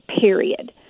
period